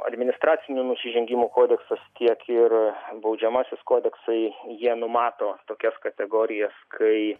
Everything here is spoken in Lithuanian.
administracinių nusižengimų kodeksas tiek ir baudžiamasis kodeksai jie numato tokias kategorijas kai